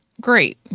great